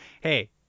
Hey